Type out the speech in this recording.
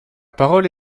parole